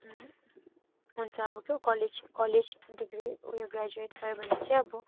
हुन्छ अब के हो कलेज कलेज डिग्री उयो ग्रेजुएट भयो भने चाहिँ अब